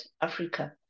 africa